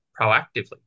proactively